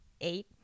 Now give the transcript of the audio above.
eight